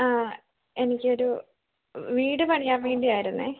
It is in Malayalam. ആ എനിക്കൊരു വീട് പണിയാന് വേണ്ടിയായിരുന്നു